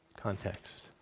context